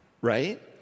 right